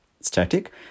static